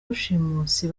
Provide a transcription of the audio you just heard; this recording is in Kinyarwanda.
rushimusi